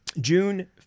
June